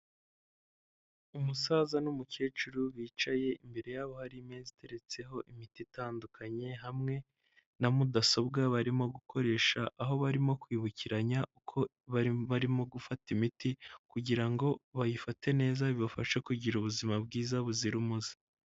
Umusaza n'umukecuru bicaye, imbere yabo hari imeza iteretseho imiti itandukanye hamwe na mudasobwa barimo gukoresha, aho barimo kwibukiranya uko barimo gufata imiti kugira ngo, bayifate neza bibafashe kugira ubuzima bwiza buzira umuze.